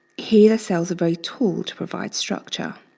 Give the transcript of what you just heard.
here, the cells are very tall to provide structure.